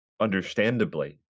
understandably